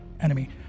enemy